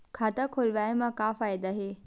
खाता खोलवाए मा का फायदा हे